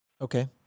Okay